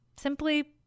simply